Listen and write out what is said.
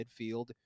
midfield